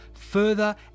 Further